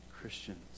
Christians